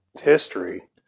history